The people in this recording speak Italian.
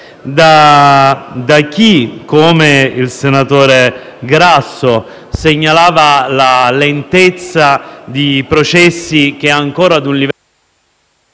da chi, come il senatore Grasso, segnalava la lentezza di processi ancora a un livello